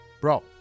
Bro